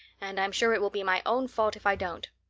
and i'm sure it will be my own fault if i don't.